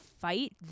fight